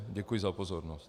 Děkuji za pozornost.